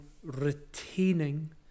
retaining